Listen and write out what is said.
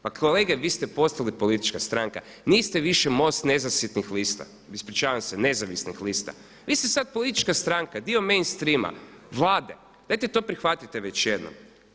Pa kolege, vi ste postali politička stranka, niste više MOST nezasitnih lista, ispričavam se, nezavisnih lista, vi ste sada politička stranka, dio mainstreama, Vlade, dajte to prihvatite već jednom.